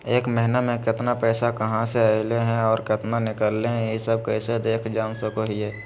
एक महीना में केतना पैसा कहा से अयले है और केतना निकले हैं, ई सब कैसे देख जान सको हियय?